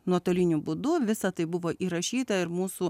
nuotoliniu būdu visa tai buvo įrašyta ir mūsų